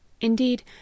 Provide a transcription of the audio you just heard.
Indeed